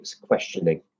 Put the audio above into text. questioning